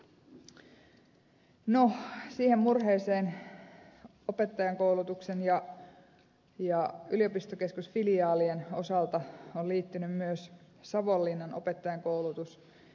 no siihen murheeseen opettajankoulutuksen ja yliopistokeskusfiliaalien osalta on liittynyt myös savonlinnan opettajankoulutus